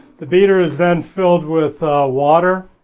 the beater is then filled with water